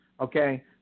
okay